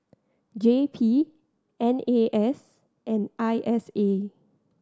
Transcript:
J P N A S and I S A